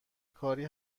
کاری